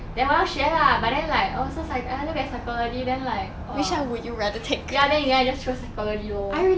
then 我要学啦 but then like also I look at psychology then like !wah! ya then in the end I just chose psychology lor